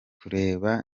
kureba